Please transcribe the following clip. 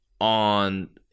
on